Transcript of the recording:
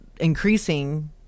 increasing